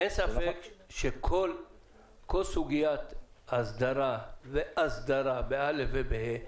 אין ספק שכל סוגיית ההסדרה והאסדרה בא' ובה'